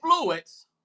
fluids